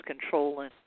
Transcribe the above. controlling